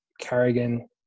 Carrigan